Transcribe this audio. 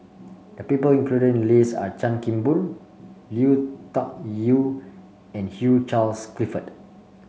the people included in list are Chan Kim Boon Lui Tuck Yew and Hugh Charles Clifford